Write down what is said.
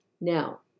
now